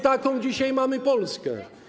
Taką dzisiaj mamy Polskę.